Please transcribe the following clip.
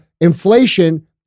Inflation